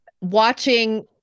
watching